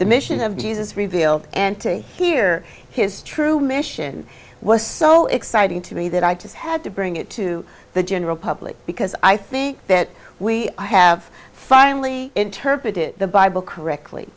the mission of jesus revealed and to hear his true mission was so exciting to me that i just had to bring it to the general public because i think that we i have finally interpret it the bible correctly